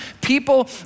people